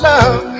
love